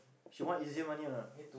she want easier money or not